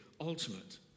ultimate